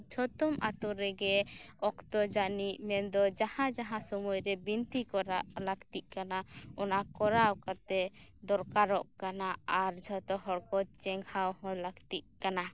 ᱡᱚᱛᱚᱢ ᱟᱛᱳ ᱨᱮᱜᱮ ᱚᱠᱛᱚ ᱡᱟᱹᱱᱤᱡ ᱢᱮᱱᱫᱚ ᱡᱟᱦᱟᱸ ᱡᱟᱦᱟᱸ ᱥᱚᱢᱚᱭᱨᱮ ᱵᱤᱱᱛᱤ ᱠᱚᱨᱟᱣ ᱞᱟᱹᱠᱛᱤᱜ ᱠᱟᱱᱟ ᱚᱱᱟ ᱠᱚᱨᱟᱣ ᱠᱟᱛᱮ ᱫᱚᱨᱠᱟᱨᱚᱜ ᱠᱟᱱᱟ ᱟᱨ ᱡᱚᱛᱚ ᱦᱚᱲᱠᱚ ᱪᱮᱸᱜᱷᱟᱣ ᱦᱚᱸ ᱞᱟᱹᱠᱛᱤᱜ ᱠᱟᱱᱟ